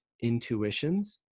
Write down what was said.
Intuitions